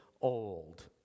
old